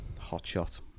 hotshot